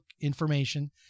information